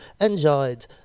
enjoyed